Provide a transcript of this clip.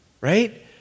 right